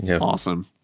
awesome